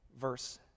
verse